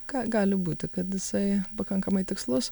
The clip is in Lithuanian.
ką gali būti kad jisai pakankamai tikslus